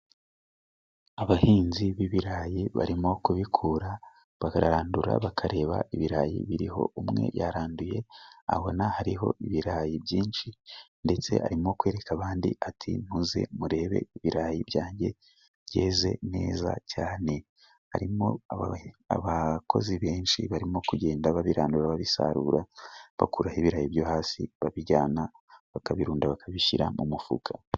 Abahinzi b'ibirayi barimo kubikura bakarandura bakareba ibirayi biriho. Umwe yaranduye abona hariho ibirayi byinshi ndetse arimo kwereka abandi ati nimuze murebe ibirayi byanjye byeze neza cyane .Harimo abakozi benshi barimo kugenda babirandura, babisarura bakuraho ibirayi byo hasi babijyana ,bakabirunda ,bakabishyira mu mufuka.